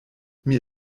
mir